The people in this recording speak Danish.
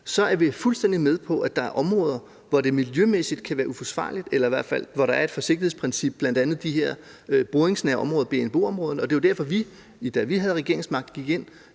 Så er vi fuldstændig med på, at der er områder, hvor det miljømæssigt kan være uforsvarligt, eller hvor der i hvert fald er et forsigtighedsprincip, bl.a. de her boringsnære områder, BNBO-områderne. Det er derfor, at vi, da vi havde regeringsmagten, gik ind,